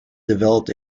developed